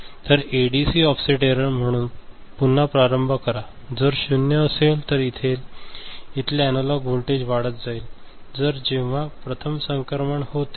तर ADC offset error म्हणून पुन्हा प्रारंभ करा जर 0 असेल तर इथले एनालॉग व्होल्टेज वाढत जाईल तर जेव्हा प्रथम संक्रमण होते